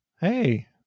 Hey